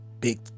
big